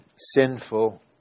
sinful